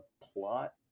plot